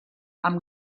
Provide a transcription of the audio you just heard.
amb